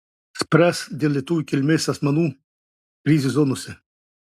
spręs dėl lietuvių kilmės asmenų krizių zonose